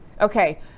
Okay